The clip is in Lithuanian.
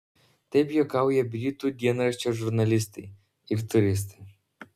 taip juokauja britų dienraščio žurnalistai ir turistai